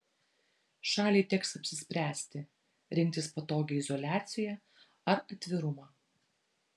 šaliai teks apsispręsti rinktis patogią izoliaciją ar atvirumą